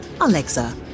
Alexa